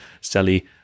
sally